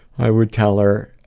i would tell her,